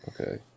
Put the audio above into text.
okay